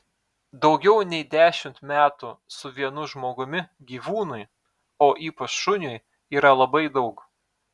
daugiau nei dešimt metų su vienu žmogumi gyvūnui o ypač šuniui yra labai daug